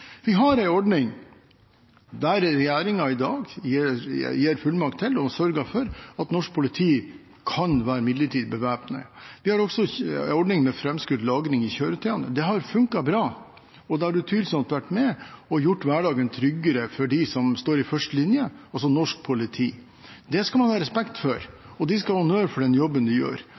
Vi har en ordning der regjeringen gir fullmakt til og sørger for at norsk politi kan være midlertidig bevæpnet. Vi har også en ordning med framskutt lagring i kjøretøyene. Det har fungert godt. Det har utvilsomt vært med på å gjøre hverdagen tryggere for de som står i første linje, norsk politi. Det skal man ha respekt for, og de skal ha honnør for den jobben de gjør.